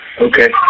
Okay